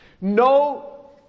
no